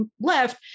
left